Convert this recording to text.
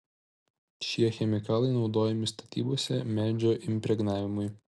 šie chemikalai naudojami statybose medžio impregnavimui